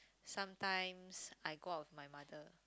sometimes I go out with my mother